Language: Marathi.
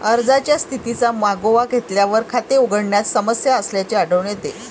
अर्जाच्या स्थितीचा मागोवा घेतल्यावर, खाते उघडण्यात समस्या असल्याचे आढळून येते